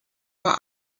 vor